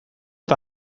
eta